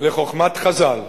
לחוכמת חז"ל: